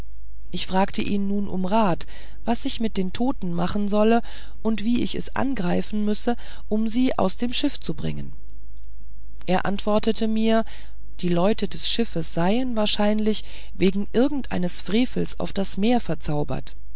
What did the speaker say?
ich fragte ihn nun um rat was ich mit den toten machen solle und wie ich es angreifen müsse um sie aus dem schiff zu bringen er antwortete mir die leute des schiffes seien wahrscheinlich wegen irgendeines frevels auf das meer verzaubert